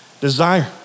desire